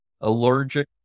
allergic